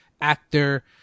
actor